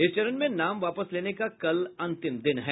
इस चरण में नाम वापस लेने का कल अंतिम दिन है